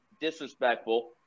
disrespectful